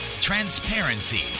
transparency